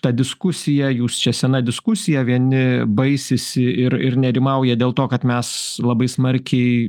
ta diskusija jūs čia sena diskusija vieni baisisi ir ir nerimauja dėl to kad mes labai smarkiai